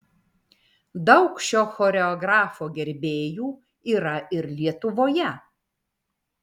daug šio choreografo gerbėjų yra ir lietuvoje